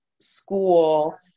school